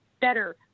better